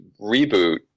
reboot